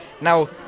now